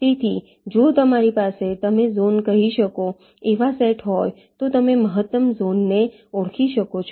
તેથી જો તમારી પાસે તમે ઝોન કહી શકો એવા સેટ હોય તો તમે મહત્તમ ઝોનને ઓળખી શકો છો